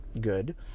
good